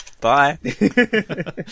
bye